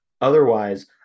Otherwise